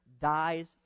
dies